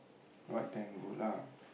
what then good lah